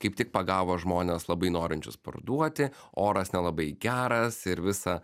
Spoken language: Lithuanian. kaip tik pagavo žmones labai norinčius parduoti oras nelabai geras ir visa